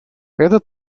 это